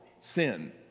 Sin